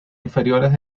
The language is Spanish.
inferiores